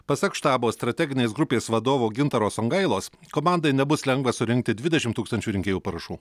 pasak štabo strateginės grupės vadovo gintaro songailos komandai nebus lengva surinkti dvidešim tūkstančių rinkėjų parašų